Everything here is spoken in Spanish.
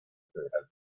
federal